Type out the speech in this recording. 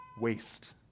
waste